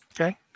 Okay